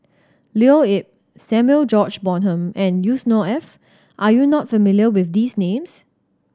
Leo Yip Samuel George Bonham and Yusnor Ef are you not familiar with these names